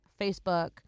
Facebook